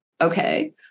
Okay